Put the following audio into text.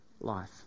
life